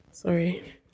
Sorry